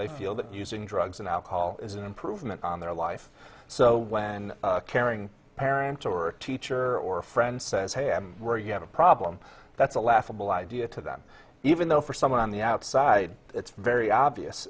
they feel that using drugs and alcohol is an improvement on their life so when caring parent or teacher or friend says i am where you have a problem that's a laughable idea to them even though for someone on the outside it's very obvious